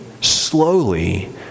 slowly